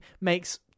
makes